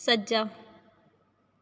ਸੱਜਾ